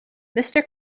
mister